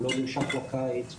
הוא נמשך לקיץ,